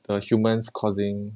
the humans causing